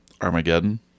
Armageddon